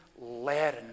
learn